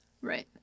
Right